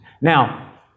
now